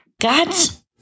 God's